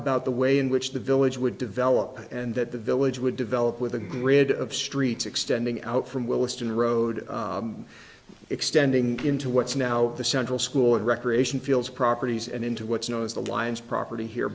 about the way in which the village would develop and that the village would develop with a grid of streets extending out from willesden road extending into what's now the central school of recreation fields properties and into what's known as the lion's property here